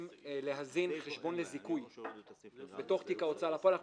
להזין חשבון לזיכוי בתוך תיק ההוצאה לפועל,